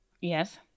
yes